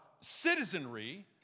citizenry